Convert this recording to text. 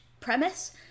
premise